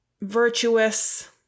virtuous